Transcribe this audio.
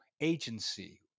agency